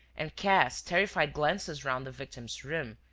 and cast terrified glances round the victim's room,